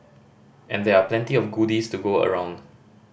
and there are plenty of goodies to go around